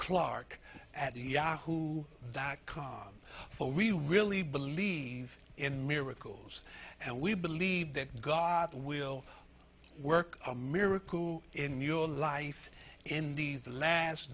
clark at yahoo dot com for we really believe in miracles and we believe that god will work a miracle in your life in the